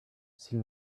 s’il